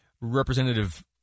Representative